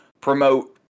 promote